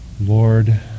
Lord